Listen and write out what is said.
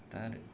दा